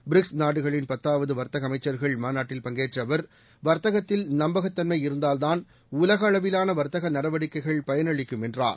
BRICS நாடுகளின் பத்தாவது வர்த்தக அமைச்சர்கள் மாநாட்டில் பங்கேற்ற அவர் வர்த்தகத்தில் நம்பகத்தன்மை இருந்தால்தான் உலக அளவிலான வர்த்தக நடவடிக்கைகள் பயனளிக்கும் என்றார்